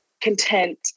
content